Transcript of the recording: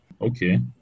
Okay